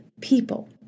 people